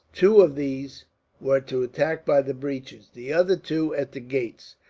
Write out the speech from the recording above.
two of these were to attack by the breaches, the other two at the gates.